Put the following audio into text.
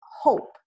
hope